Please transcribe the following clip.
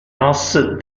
nos